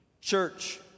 Church